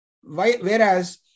Whereas